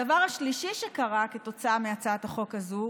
הדבר השלישי שקרה כתוצאה מהצעת החוק הזו